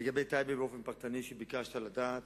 לגבי טייבה באופן פרטני, כפי שביקשת לדעת,